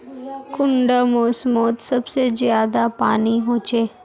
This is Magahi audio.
कुंडा मोसमोत सबसे ज्यादा पानी होचे?